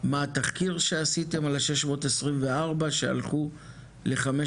מהתחקיר שעשיתם על ה- 624 שהלכו לחמש